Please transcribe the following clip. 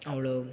அவ்வளோ